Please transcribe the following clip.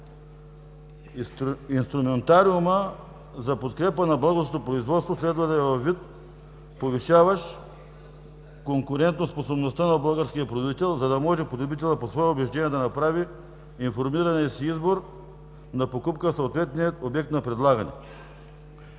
Инструментариумът за подкрепа на българското производство следва да е във вид, повишаващ конкурентоспособността на българския производител, за да може потребителят по свое убеждение да направи информиран избор на покупка в съответния обект на предлагане.